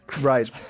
right